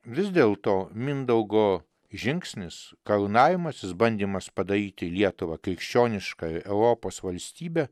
vis dėlto mindaugo žingsnis karūnavimasis bandymas padaryti lietuvą krikščioniška europos valstybe